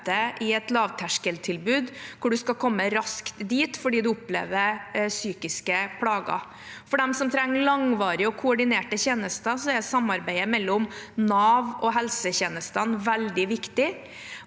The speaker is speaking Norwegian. i et lavterskeltilbud hvor man skal komme raskt fordi man opplever psykiske plager. For dem som trenger langvarige og koordinerte tjenester, er samarbeidet mellom Nav og helsetjenestene veldig viktig.